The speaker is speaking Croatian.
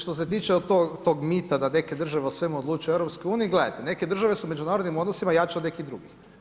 Što se tiče tog mita da neke države o svemu odlučuju u EU, gledajte neke države su u međunarodnim odnosima jače od nekih drugih.